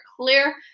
clear